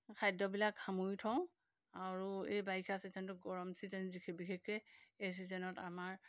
খাদ্যবিলাক সামৰি থওঁ আৰু এই বাৰিষা ছিজনটো গৰম ছিজন বিশেষকৈ এই ছিজনত আমাৰ